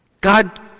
God